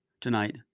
tonight